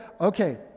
okay